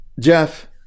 Jeff